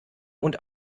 und